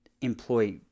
employ